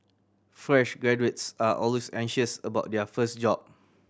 fresh graduates are always anxious about their first job